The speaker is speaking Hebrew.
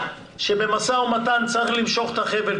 שבמשא ומתן כל אחד צריך למשוך את החבל,